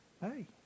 Hey